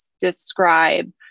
describe